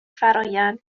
فرآیند